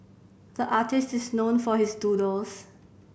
the artist is known for his doodles